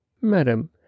Madam